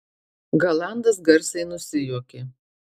galandas garsiai nusijuokė